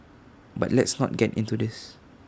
but let's not get into this